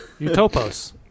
Utopos